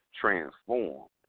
transformed